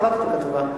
קראתי את הכתבה.